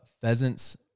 pheasants